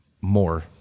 more